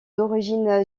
d’origine